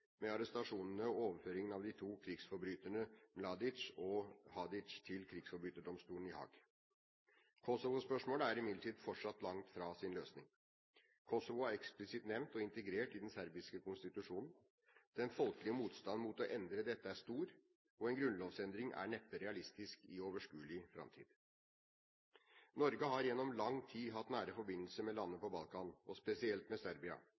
med arrestasjonene og overføringen av de to krigsforbryterne Mladic og Hadzic til krigsforbryterdomstolen i Haag. Kosovo-spørsmålet er imidlertid fortsatt langt fra sin løsning. Kosovo er eksplisitt nevnt og integrert i den serbiske konstitusjonen. Den folkelige motstanden mot å endre dette er stor, og en grunnlovsendring er neppe realistisk i overskuelig framtid. Norge har gjennom lang tid hatt nære forbindelser med landene på Balkan, spesielt med Serbia.